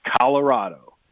colorado